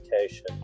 education